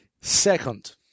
Second